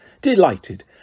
delighted